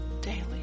daily